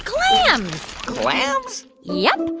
clams clams? yep.